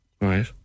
Right